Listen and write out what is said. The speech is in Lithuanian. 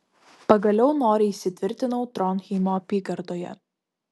pagaliau noriai įsitvirtinau tronheimo apygardoje